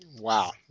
Wow